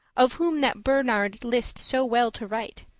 of whom that bernard list so well to write,